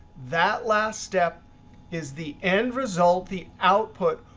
that last step is the end result, the output,